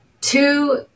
two